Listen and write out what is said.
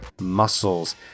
muscles